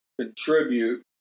contribute